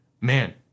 man